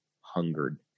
hungered